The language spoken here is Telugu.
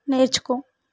నేర్చుకో